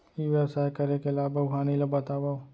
ई व्यवसाय करे के लाभ अऊ हानि ला बतावव?